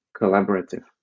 collaborative